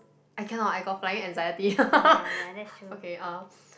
I cannot I got flying anxiety okay uh